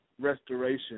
Restoration